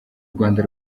rwanda